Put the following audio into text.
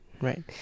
Right